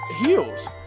heels